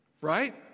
Right